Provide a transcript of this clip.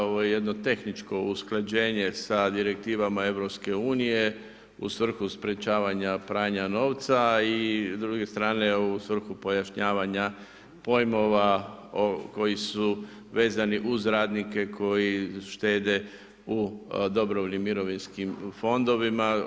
Ovo je jedno tehničko usklađenje sa direktivama EU, u svrhu sprječavanja pranja novca i s druge strane u svrhu pojašnjavanja pojmova koji su vezani uz radnike, koji štede u dobrovoljnim mirovinskim fondovima.